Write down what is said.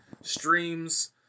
streams